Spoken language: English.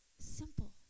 Simple